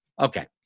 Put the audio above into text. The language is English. Okay